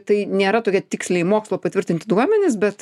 tai nėra tokie tiksliai mokslo patvirtinti duomenys bet